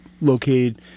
located